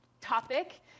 topic